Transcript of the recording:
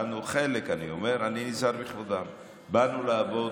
חלק, אני אומר, אני נזהר בכבודם, באנו לעבוד.